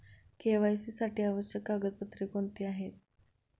KYC साठी आवश्यक कागदपत्रे कोणती आहेत?